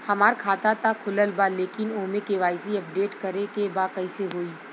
हमार खाता ता खुलल बा लेकिन ओमे के.वाइ.सी अपडेट करे के बा कइसे होई?